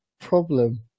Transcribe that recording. problem